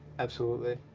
absolutely.